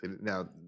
Now